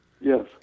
Yes